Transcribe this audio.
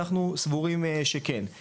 אנחנו סבורים שכן,